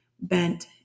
bent